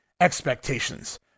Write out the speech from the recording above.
expectations